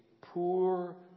poor